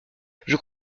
croyais